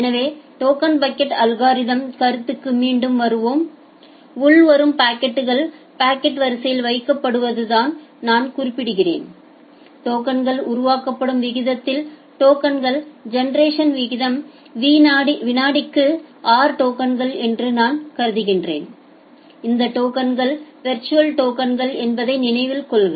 எனவே token bucket algorithm கருத்துக்கு மீண்டும் வருவோம் உள்வரும் பாக்கெட்கள் பாக்கெட் வரிசையில் வைக்கப்படுவதை நான் குறிப்பிடுகிறேன் டோக்கன்கள் உருவாக்கப்படும் விகிதத்தில் டோக்கன் ஜெனெரேஷன் வீதம் வினாடிக்கு r டோக்கன்கள் என்று நான் கருதுகிறேன் இந்த டோக்கன்கள் விா்சுவல் டோக்கன்கள் என்பதை நினைவில் கொள்க